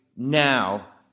Now